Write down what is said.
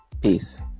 Peace